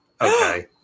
Okay